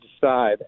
decide